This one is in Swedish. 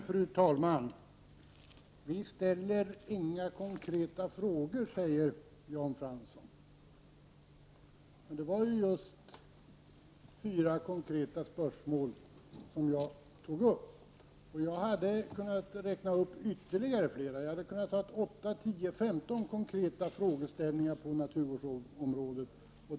Fru talman! Jan Fransson sade att vi inte ställt några konkreta frågor. Det var ju just fyra konkreta spörsmål som jag tog upp. Jag hade kunnat beröra ännu fler — jag hade kunnat ta upp och diskutera åtta, tio eller femton konkreta frågeställningar på naturvårdsområdet.